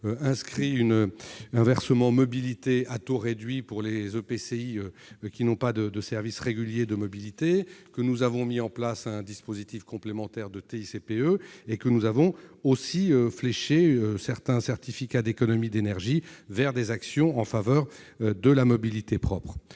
inscrit un versement mobilité à taux réduit pour les EPCI qui n'ont pas de services réguliers de mobilité. Nous avons également mis en place un dispositif complémentaire de TICPE et fléché certains certificats d'économie d'énergie vers des actions en faveur de la mobilité propre.